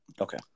Okay